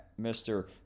Mr